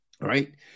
right